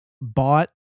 bought